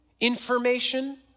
information